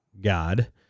God